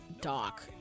Doc